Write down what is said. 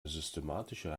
systematische